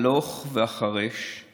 הלוך והחרש /